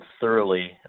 thoroughly